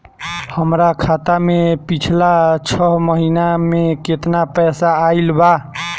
हमरा खाता मे पिछला छह महीना मे केतना पैसा आईल बा?